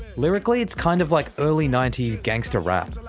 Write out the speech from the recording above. lyrically it's kind of like early ninety s gangster rap,